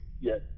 Yes